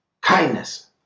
kindness